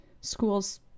schools